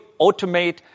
automate